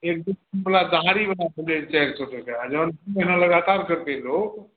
एक दू दिनवला देहारीवला लै छै चारि सए टका जहन दू महिना लगातार करतै लोक